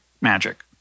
magic